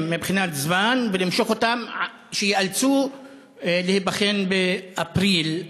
מבחינת זמן ולמשוך אותם שייאלצו להיבחן באפריל,